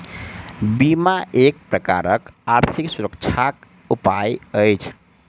बीमा एक प्रकारक आर्थिक सुरक्षाक उपाय अछि